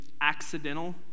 Accidental